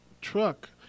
truck